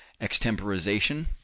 extemporization